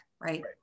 Right